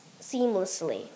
seamlessly